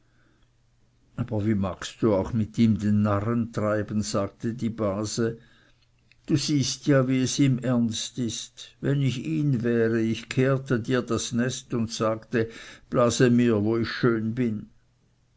aber wie magst du auch mit ihm den narren treiben sagte die base du siehst ja wie es ihm ernst ist wenn ich ihn wäre ich kehrte dir das nest und sagte dir blase mir wo ich schön bin